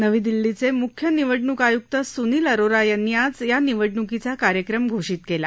नवी दिल्लीचे मुख्य निवडणूक आयुक्त सुनील अरोरा यांनी आज या निवडणूकीचा कार्यक्रम घोषित केला